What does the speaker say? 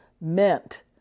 meant